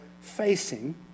facing